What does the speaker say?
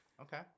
Okay